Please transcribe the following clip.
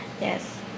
Yes